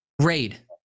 raid